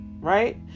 right